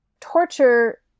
torture